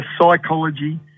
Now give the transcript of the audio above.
psychology